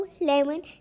lemon